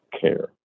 care